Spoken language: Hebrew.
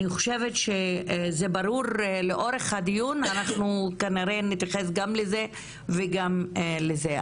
אני חושבת שזה ברור ולאורך הדיון אנחנו כנראה נתייחס גם לזה וגם לזה.